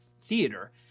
Theater